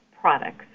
products